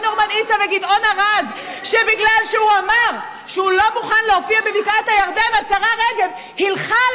מה זה תיאטרון אלמינא, השרה רגב?